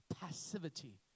passivity